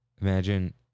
Imagine